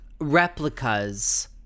replicas